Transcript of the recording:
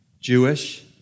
Jewish